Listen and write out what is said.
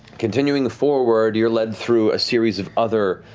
continuing the forward, you're led through a series of other